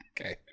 Okay